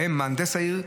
ובהם מהנדס העיר,